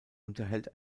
unterhält